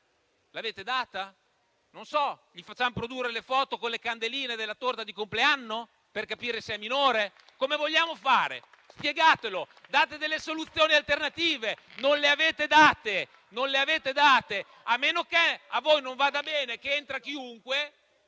minore o non è minore? Facciamo produrre le foto con le candeline della torta di compleanno per capire se è minore? Come vogliamo fare? Spiegatelo! Date delle soluzioni alternative! Non le avete date! A meno che a voi non vada bene che entri chiunque!